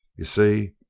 you see,